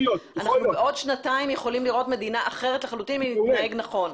אנחנו עוד שנתיים יכולים לראות מדינה אחרת לחלוטין אם נתנהג נכון.